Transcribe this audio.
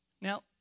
Now